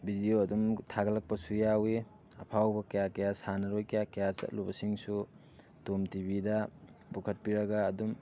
video ꯑꯗꯨꯝ ꯊꯥꯒꯠꯂꯛꯄꯁꯨ ꯌꯥꯎꯋꯤ ꯑꯐꯥꯎꯕ ꯀꯌꯥ ꯀꯌꯥ ꯁꯥꯟꯅꯔꯣꯏ ꯀꯌꯥ ꯀꯌꯥ ꯆꯠꯂꯨꯕꯁꯤꯡꯁꯨ ꯇꯣꯝ ꯇꯤꯕꯤꯗ ꯄꯨꯈꯠꯄꯤꯔꯒ ꯑꯗꯨꯝ